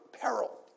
peril